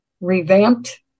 revamped